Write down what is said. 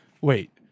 wait